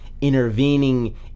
intervening